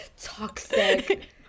toxic